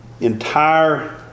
entire